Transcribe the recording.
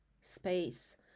space